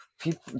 people